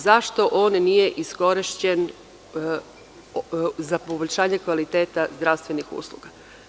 Zašto on nije iskorišćen za poboljšanje kvaliteta zdravstvenih usluga?